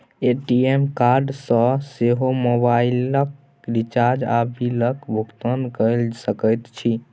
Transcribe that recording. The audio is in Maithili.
ए.टी.एम कार्ड सँ सेहो मोबाइलक रिचार्ज आ बिलक भुगतान कए सकैत छी